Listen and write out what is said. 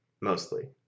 mostly